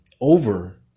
over